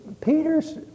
Peter's